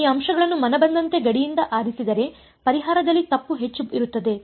ನೀವು ಈ ಅಂಶಗಳನ್ನು ಮನಬಂದಂತೆ ಗಡಿಯಿಂದ ಆರಿಸಿದರೆ ಪರಿಹಾರದಲ್ಲಿ ತಪ್ಪು ಹೆಚ್ಚು ಇರುತ್ತದೆ